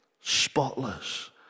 spotless